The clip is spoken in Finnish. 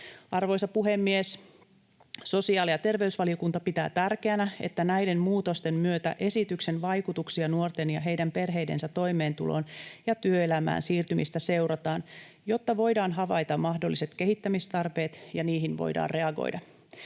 Arvoisa puhemies! Sosiaali- ja terveysvaliokunta pitää tärkeänä, että näiden muutosten myötä seurataan esityksen vaikutuksia nuorten ja heidän perheidensä toimeentuloon ja työelämään siirtymistä, jotta voidaan havaita mahdolliset kehittämistarpeet ja niihin voidaan reagoida.